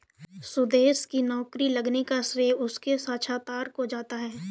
सुदेश की नौकरी लगने का श्रेय उसके साक्षात्कार को जाता है